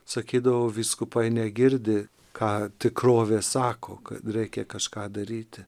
sakydavau vyskupai negirdi ką tikrovė sako kad reikia kažką daryti